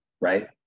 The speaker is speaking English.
right